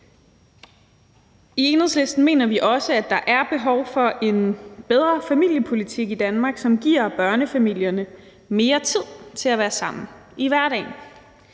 I Enhedslisten mener vi også, at der er behov for en bedre familiepolitik i Danmark, som giver børnefamilierne mere tid til at være sammen i hverdagen.